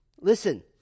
Listen